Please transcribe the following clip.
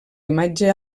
imatge